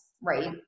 Right